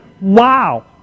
wow